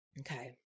Okay